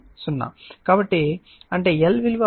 కాబట్టి అంటే L విలువ 12 C ZC 2 గా ఉంటుంది